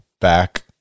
back